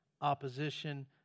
opposition